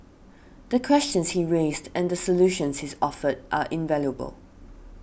the questions he raised and the solutions he offered are invaluable